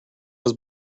was